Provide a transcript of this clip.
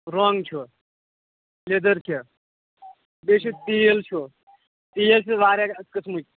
رۄنٛگ چھُ لیٚدٕر چھِ بِیٚیہِ چھُ تیٖل چھُ تیٖل چھِ واریاہ قٕسمٕکۍ